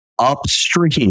upstream